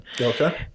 Okay